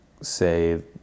say